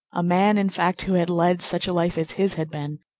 a man, in fact, who had led such a life as his had been,